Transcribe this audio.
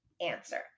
answer